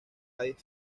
high